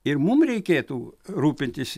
ir mum reikėtų rūpintis